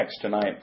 tonight